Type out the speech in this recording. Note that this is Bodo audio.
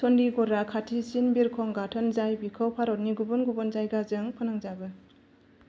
चन्दिगरा खाथिसिन बिरखं गाथोन जाय बिखौ भारतनि गुबुन गुबुन जायगाजों फोनांजाबो